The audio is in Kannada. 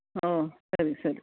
ಹಾಂ ಸರಿ ಸರಿ